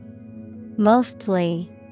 Mostly